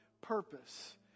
purpose